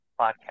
Podcast